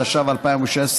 התשע"ו 2016,